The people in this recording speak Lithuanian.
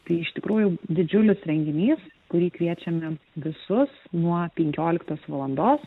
tai iš tikrųjų didžiulis renginys kurį kviečiame visus nuo penkioliktos valandos